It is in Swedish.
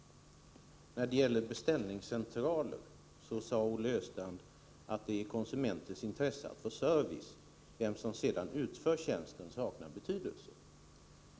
När det gäller beställningscentraler sade Olle Östrand, att det är i konsumentens intresse att få service, och vem som sedan utför tjänsten saknar betydelse.